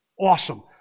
awesome